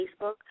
Facebook